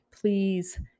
please